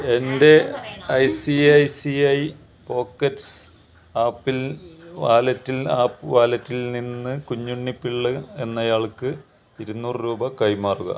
എൻ്റെ I C I C I pockets ആപ്പിൽ വാലറ്റിൽ ആപ്പ് വാലറ്റിൽ നിന്ന് കുഞ്ഞുണ്ണി പിള്ള എന്നയാൾക്ക് ഇരുന്നൂറ് രൂപ കൈമാറുക